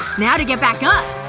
now to get back up,